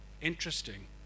interesting